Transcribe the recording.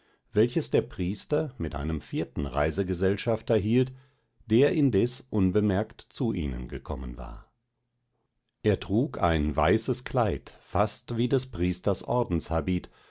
welches der priester mit einem vierten reisegesellschafter hielt der indes unbemerkt zu ihnen gekommen war er trug ein weißes kleid fast wie des priesters